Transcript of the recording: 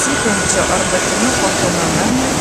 cypiančio arbatinuko fenomenui